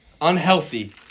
unhealthy